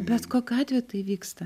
bet kokiu atveju tai vyksta